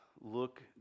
look